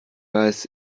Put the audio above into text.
weiß